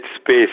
space